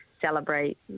Celebrate